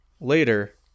later